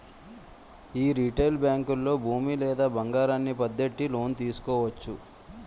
యీ రిటైలు బేంకుల్లో భూమి లేదా బంగారాన్ని పద్దెట్టి లోను తీసుకోవచ్చు